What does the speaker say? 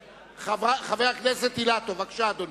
חבר הכנסת אילטוב, בבקשה, אדוני.